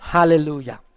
Hallelujah